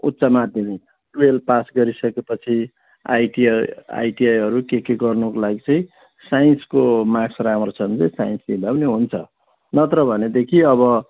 उच्च माघ्यमिक टुएल्भ पास गरिसकेपछि आइटी आइटीआईहरू के के गर्नुको लागि चाहिँ साइन्सको मार्क्स राम्रो छ भने चाहिँ साइन्स लिँदा पनि हुन्छ नत्र भनेदेखि अब